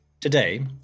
Today